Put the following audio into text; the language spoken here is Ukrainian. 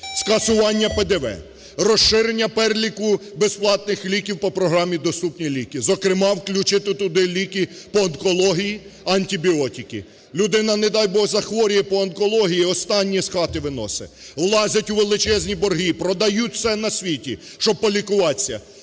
Скасування ПДВ, розширення переліку безплатних ліків по програмі "Доступні ліки", зокрема, включити туди ліки по онкології, антибіотики. Людина, не дай Бог, захворює по онкології і останнє з хати виносить. Влазять у величезні борги, продають все на світі, щоб полікуватися,